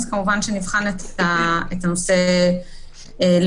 כמובן נבחן את הנושא לעומקו.